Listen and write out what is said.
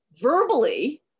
verbally